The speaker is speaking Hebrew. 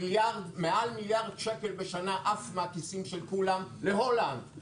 מעל מיליארד שקל בשנה עף מהכיסים של כולם להולנד,